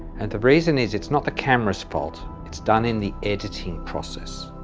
and the reason is it's not the cameras fault, it's done in the editing process.